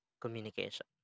communication